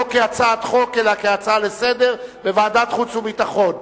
לא כהצעת חוק אלא כהצעה לסדר-היום בוועדת החוץ והביטחון.